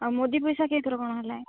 ଆଉ ମୋଦି ପଇସା କେତେଥରେ କ'ଣ ହେଲାଣି